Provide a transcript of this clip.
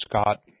Scott